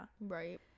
right